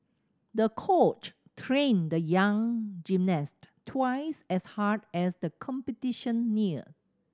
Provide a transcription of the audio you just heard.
the coach trained the young gymnast twice as hard as the competition neared